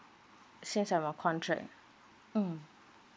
since I'm on contract mm